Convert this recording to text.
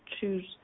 choose